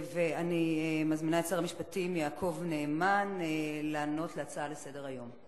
אני מזמינה את שר המשפטים יעקב נאמן לענות על ההצעות לסדר-היום.